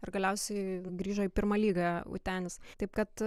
ir galiausiai grįžo į pirmą lygą utenis taip kad